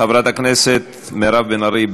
חברת הכנסת מירב בן ארי,